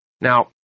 Now